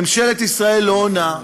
ממשלת ישראל לא עונה,